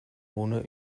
ohne